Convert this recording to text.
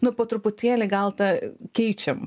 nu po truputėlį gal tą keičiam